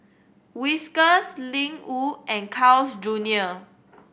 Whiskas Ling Wu and Carl's Junior